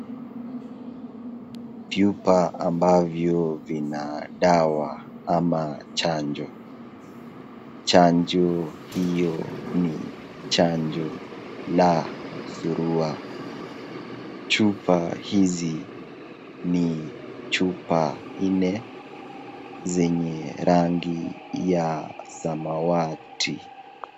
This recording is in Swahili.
Chupa ambavyo vina dawa ama chanjo. Chanjo hiyo ni chanjo la surua. Chupa hizi ni chupa nne zenye rangi ya samawati.